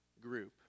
group